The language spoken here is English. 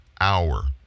hour